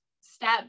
step